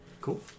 Cool